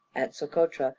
at socotra,